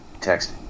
Text